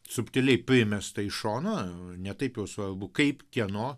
subtiliai primesta iš šono ne taip jau svarbu kaip kieno